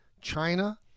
China